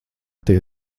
tie